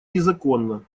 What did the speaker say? незаконна